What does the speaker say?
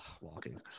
Walking